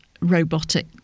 robotic